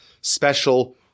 special